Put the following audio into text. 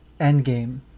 Endgame